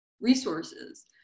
resources